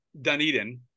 Dunedin